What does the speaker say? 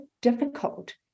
difficult